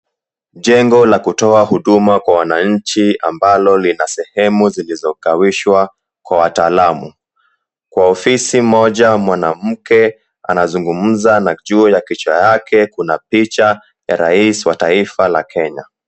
Jengo la kutoa huduma kwa wananchi ambalo lina sehemu zilizogawishwa kwa wataalamu. Kwa ofisi moja, mwanamke anazungumza na juu ya kichwa yake kuna picha ya rais wa taifa la kenya.